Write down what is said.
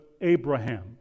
Abraham